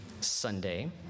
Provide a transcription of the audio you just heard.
Sunday